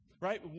Right